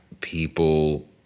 people